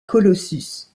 colossus